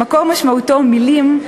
שמקור משמעותו "מילים",